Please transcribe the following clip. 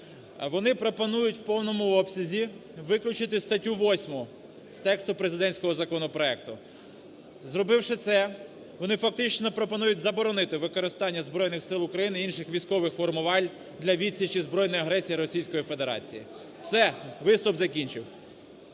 Вони пропонують в повному обсязі виключити статтю 8 з тексту президентського законопроекту. Зробивши це, вони фактично пропонують заборонити використання Збройних Сил України і інших військових формувань для відсічі збройної агресії Російської Федерації. Все. Виступ закінчив.